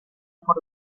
por